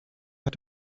had